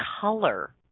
color